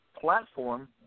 platform